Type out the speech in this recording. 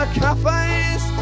cafes